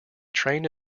trained